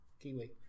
kiwi